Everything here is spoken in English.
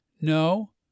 No